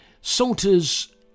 Salter's